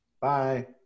Bye